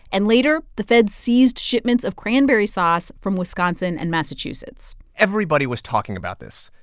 and later, the feds seized shipments of cranberry sauce from wisconsin and massachusetts everybody was talking about this.